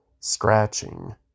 scratching